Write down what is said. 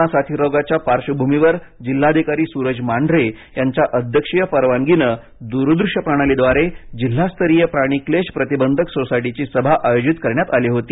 corona साथरोगाच्या पार्श्वभूमीवर जिल्हाधिकारी सुरज मांढरे यांच्या अध्यक्षीय परवानगीनं दूरदृष्यप्रणालीद्वारे जिल्हास्तरीय प्राणी क्लेश प्रतिबंधक सोसायटीची सभा आयोजित करण्यात आली होती